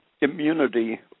immunity